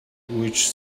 which